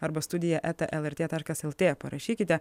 arba studija eta lrt taškas lt parašykite